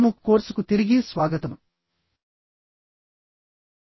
MOOC కోర్సుకు తిరిగి స్వాగతం